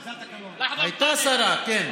הייתה שרה, כן.